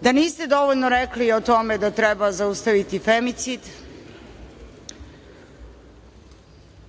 da niste dovoljno rekli o tome da treba zaustaviti femicid,